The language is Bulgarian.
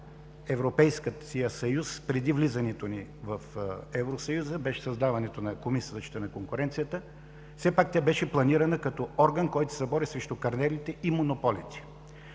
Европейския съюз преди влизането ни в него, беше създаването на Комисия за защита на конкуренцията. Но все пак тя беше планирана като орган, който се бори срещу картелите и монополите.